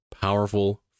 powerful